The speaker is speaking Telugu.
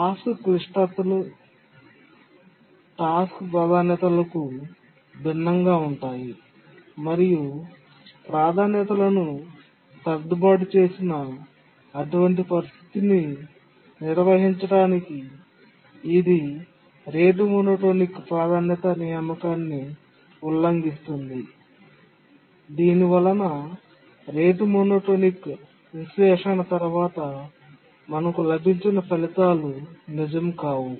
టాస్క్ క్లిష్టతలు టాస్క్ ప్రాధాన్యతలకు భిన్నంగా ఉంటాయి మరియు ప్రాధాన్యతలను సర్దుబాటు చేసిన అటువంటి పరిస్థితిని నిర్వహించడానికి ఇది రేటు మోనోటోనిక్ ప్రాధాన్యతా నియామకాన్ని ఉల్లంఘిస్తుంది దీనివల్ల రేటు మోనోటోనిక్ విశ్లేషణ తర్వాత మనకు లభించిన ఫలితాలు నిజం కావు